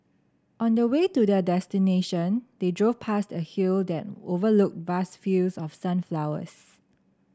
on the way to their destination they drove past a hill that overlooked vast fields of sunflowers